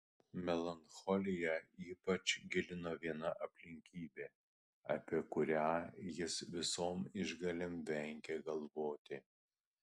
melancholiją ypač gilino viena aplinkybė apie kurią jis visom išgalėm vengė galvoti